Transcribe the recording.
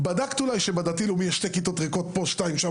בדקת אולי שבדתי-לאומי יש שתי כיתות ריקות פה ושתיים שם?